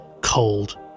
Cold